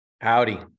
Howdy